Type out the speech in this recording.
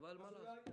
אבל מה לעשות,